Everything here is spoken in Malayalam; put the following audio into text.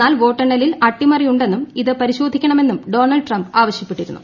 എന്നാൽ വോട്ടെണ്ണലിൽ അട്ടിമറിയുണ്ടെന്നും ഇത് പ്രിശോധിക്കണമെന്നും ഡോണൾഡ് ട്രംപ് ആവശ്യപ്പെട്ടിരുന്നു